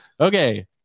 Okay